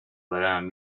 برایم